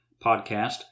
podcast